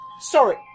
Sorry